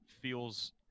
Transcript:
feels